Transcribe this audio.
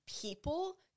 people